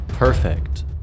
Perfect